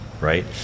right